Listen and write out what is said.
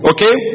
Okay